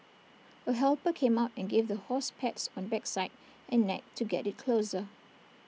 A helper came out and gave the horse pats on backside and neck to get IT closer